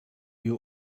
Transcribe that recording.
you